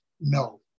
no